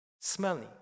smelly